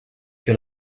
que